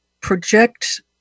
project